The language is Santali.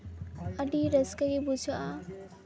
ᱟᱹᱰᱤ ᱨᱟᱹᱥᱠᱟᱹ ᱜᱮ ᱵᱩᱡᱷᱟᱹᱜᱼᱟ